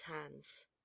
hands